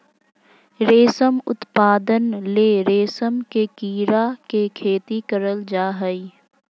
रेशम उत्पादन ले रेशम के कीड़ा के खेती करल जा हइ